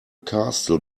castle